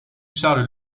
charles